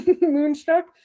Moonstruck